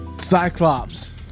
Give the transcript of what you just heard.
Cyclops